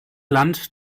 land